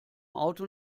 auto